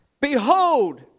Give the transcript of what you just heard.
Behold